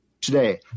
today